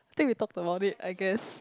then we talk about it I guess